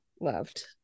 loved